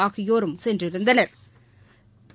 ஆகியோரும் சென்றிருந்தனா்